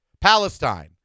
Palestine